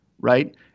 right